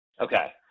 okay